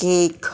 cake